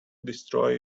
destroy